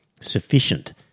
sufficient